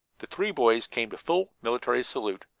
the three boys came to full military salute,